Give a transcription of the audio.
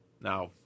now